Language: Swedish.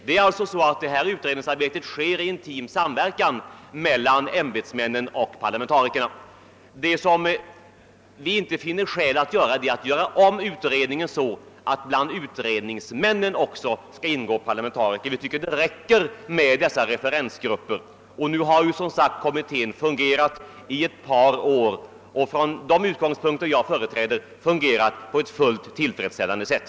Detta utredningsarbete sker i intim samverkan mellan ämbetsmännen och parlamentarikerna, men vi finner inte skäl att göra om utredningen så att det också bland utredningsmännen skall ingå parlamentariker; vi tycker det räcker med referensgrupperna. Och nu har ju kommittén som sagt fungerat i ett par år och enligt min mening fungerat på ett fullt tillfredsställande sätt.